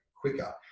quicker